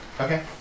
Okay